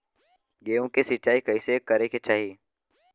गेहूँ के सिंचाई कइसे करे के चाही?